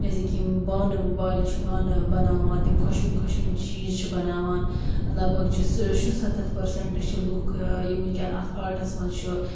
جیسے کہِ بانہٕ وٲلۍ چھِ بانہٕ بناوان تِم خۄشوٕنۍ خۄشوٕنۍ چیٖز چھِ بناوان لَگ بَگ چھِ سُہ شُسَتَتھ پٔرسَنٛٹ چھِ لُکھ یِم وٕنۍکٮ۪ن اَتھ آٹَس منٛز چھُ